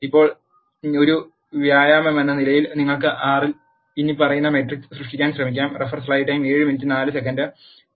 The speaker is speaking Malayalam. ഇപ്പോൾ ഒരു വ്യായാമമെന്ന നിലയിൽ നിങ്ങൾക്ക് R ൽ ഇനിപ്പറയുന്ന മെട്രിക്സ് സൃഷ്ടിക്കാൻ ശ്രമിക്കാം